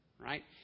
Right